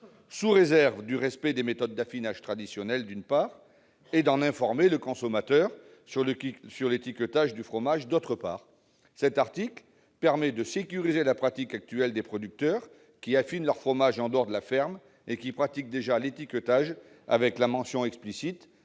sous réserve du respect de méthodes d'affinage traditionnelles, d'une part, et d'en informer le consommateur sur l'étiquetage du fromage, d'autre part ! Cet article permet de sécuriser les producteurs qui affinent leurs fromages en dehors de la ferme et qui pratiquent déjà l'étiquetage avec la mention explicite